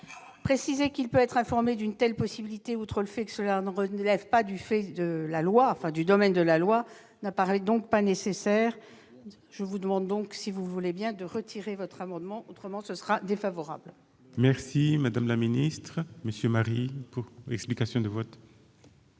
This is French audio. Préciser qu'il peut être informé d'une telle possibilité, outre le fait que cela ne relève pas du domaine de la loi, ne paraît donc pas nécessaire. Je vous demande donc de bien vouloir retirer votre amendement. Autrement, l'avis sera défavorable. La parole est à M. Didier Marie, pour explication de vote.